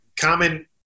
common